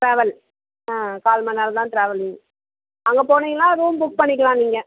travel ஆ கால் மண் நேரம் தான் ட்ராவலு அங்கே போனிங்கன்னா ரூம் புக் பண்ணிக்கலாம் நீங்கள்